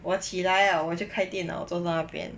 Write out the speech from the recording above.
我起来呀我就开电脑坐那边